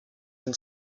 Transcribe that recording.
than